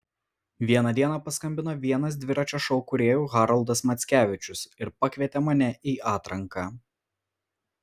vieną dieną paskambino vienas dviračio šou kūrėjų haroldas mackevičius ir pakvietė mane į atranką